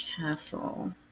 castle